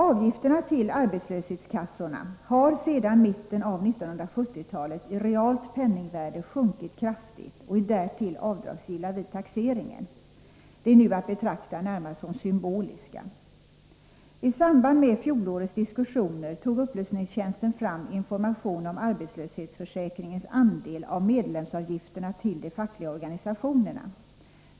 Avgifterna till arbetslöshetskassorna har sedan mitten av 1970-talet i realt penningvärde sjunkit kraftigt och är därtill avdragsgilla vid taxeringen. De är nu att betrakta som närmast symboliska. I samband med fjolårets diskussioner tog upplysningstjänsten fram information om arbetslöshetsförsäkringens andel av medlemsavgifterna till de fackliga organisationerna.